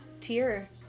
Tear